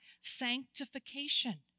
sanctification